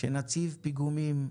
שנציב פיגומים,